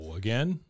again